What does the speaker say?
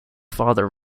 father